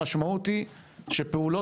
המשמעות היא שפעולות,